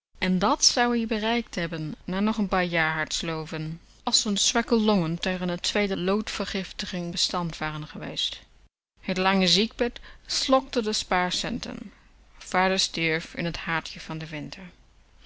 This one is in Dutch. en dat zou-ie bereikt hebben na nog n paar jaar hard sloven als z'n zwakke longen tegen n tweede loodvergiftiging bestand waren geweest t lange ziekbed slokte de spaarcenten vader stierf in t hartje van den winter